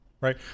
right